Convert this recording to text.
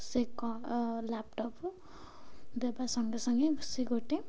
ସେ କ ଲ୍ୟାପଟପ୍ ଦେବା ସଙ୍ଗେ ସଙ୍ଗେ ସେ ଗୋଟେ